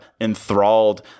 enthralled